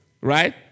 Right